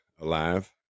alive